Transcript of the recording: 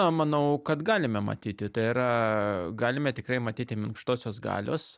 manau kad galime matyti tai yra galime tikrai matyti minkštosios galios